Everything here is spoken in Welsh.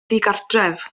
ddigartref